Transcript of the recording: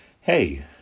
Hey